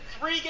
Three